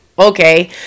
Okay